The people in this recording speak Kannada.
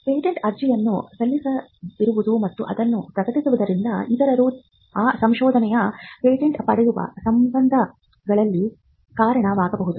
ಪೇಟೆಂಟ್ ಅರ್ಜಿಯನ್ನು ಸಲ್ಲಿಸದಿರುವುದು ಮತ್ತು ಅದನ್ನು ಪ್ರಕಟಿಸುವುದರಿಂದ ಇತರರು ಆ ಸಂಶೋಧನೆಯ ಪೇಟೆಂಟ್ ಪಡೆಯುವ ಸಂದರ್ಭಗಳಿಗೆ ಕಾರಣವಾಗಬಹುದು